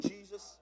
Jesus